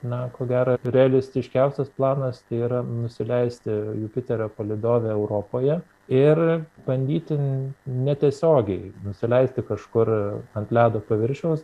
na ko gero realistiškiausias planas tai yra nusileisti jupiterio palydove europoje ir bandyti netiesiogiai nusileisti kažkur ant ledo paviršiaus